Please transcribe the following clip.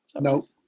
No